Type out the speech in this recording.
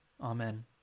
Amen